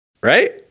Right